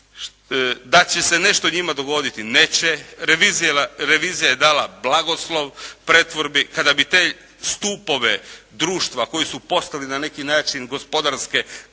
Da će se nešto njima dogoditi, neće. Revizija je dala blagoslov pretvorbi. Kada bi te stupove društva koji su postali, na neki način gospodarske karijatide